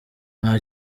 nta